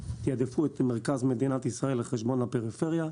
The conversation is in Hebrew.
תעדפו את מרכז מדינת ישראל על חשבון הפריפריה,